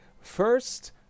first